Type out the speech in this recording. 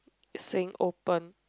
saying open